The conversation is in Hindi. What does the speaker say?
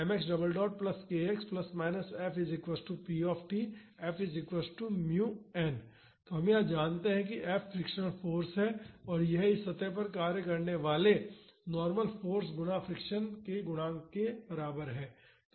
यहाँ हम जानते हैं कि यह F फ्रिक्शनल फाॅर्स है और यह इस सतह पर कार्य करने वाले नार्मल फाॅर्स गुणा फ्रिक्शन के गुणांक के बराबर है